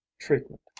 Treatment